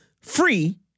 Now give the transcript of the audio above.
free